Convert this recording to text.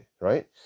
right